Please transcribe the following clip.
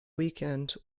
weekend